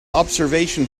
observation